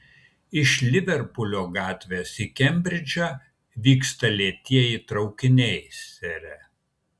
iš liverpulio gatvės į kembridžą vyksta lėtieji traukiniai sere